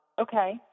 okay